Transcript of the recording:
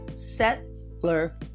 Settler